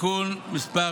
(תיקון מס'